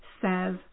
says